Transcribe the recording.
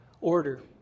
order